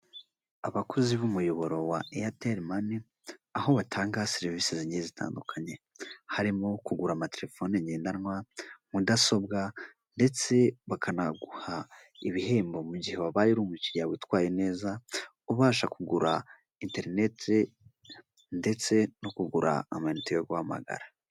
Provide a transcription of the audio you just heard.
Abakozi b'umuyoboro wa Airtel Money, aho batanga serivisi zigiye zitandukanye, harimo kugura amatelefone ngendanwa, mudasobwa ndetse bakanaguha ibihembo mu gihe wabaye ari umukiriya witwaye neza. Ubasha kugura interinete ndetse no kugura amayinite yo guhamagara.